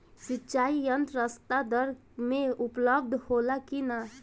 सिंचाई यंत्र सस्ता दर में उपलब्ध होला कि न?